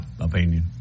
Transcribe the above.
opinion